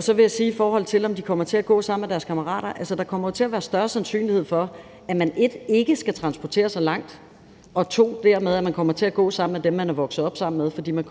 Så vil jeg sige, i forhold til om de kommer til at gå sammen med deres kammerater, at der kommer til at være større sandsynlighed for, at man 1) ikke skal transporteres så langt, og at man 2) dermed kommer til at gå sammen med dem, man er vokset op sammen med, fordi man